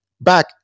back